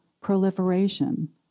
proliferation